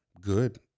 good